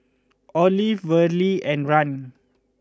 Olive Verle and Rahn